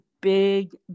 big